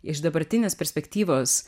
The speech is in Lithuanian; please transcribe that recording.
iš dabartinės perspektyvos